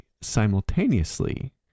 simultaneously